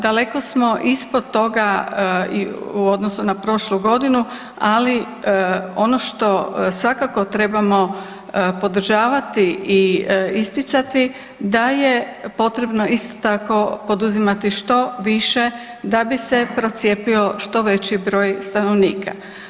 Daleko smo ispod toga u odnosu na prošlu godinu, ali ono što svakako trebamo podržavati i isticati da je potrebno isto tako poduzimati što više da bi se procijepio što veći broj stanovnika.